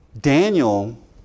Daniel